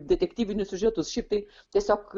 detektyvinius siužetus šiaip tai tiesiog